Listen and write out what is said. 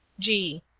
g.